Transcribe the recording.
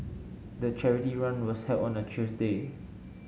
the charity run was held on a Tuesday